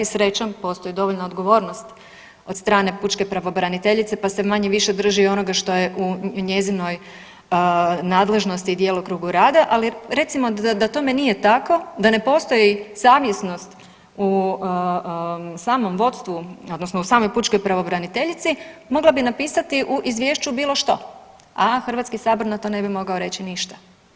Srećom postoji dovoljna odgovornost od strane pučke pravobraniteljice pa se manje-više drži onoga što je u njezinoj nadležnosti i djelokrugu rada, ali recimo da tome nije tako, da ne postoji savjesnost u samom vodstvu, odnosno u samoj pučkoj pravobraniteljici mogla bi napisati u izvješću bilo što, a Hrvatski sabor na to ne bi mogao reći ništa.